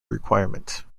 requirement